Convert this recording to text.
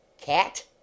Cat